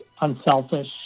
unselfish